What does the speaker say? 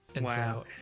wow